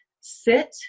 sit